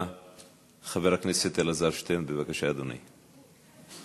חבר הכנסת אלעזר שטרן, בבקשה, אדוני.